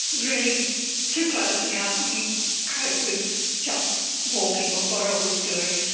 really too close to me, i couldn't cope with just walking or what i was doing.